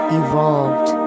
evolved